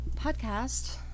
podcast